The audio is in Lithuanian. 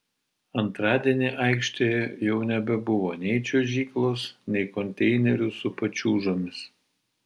antradienį aikštėje jau nebebuvo nei čiuožyklos nei konteinerių su pačiūžomis